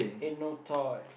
ain't no toy